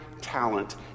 talent